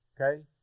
okay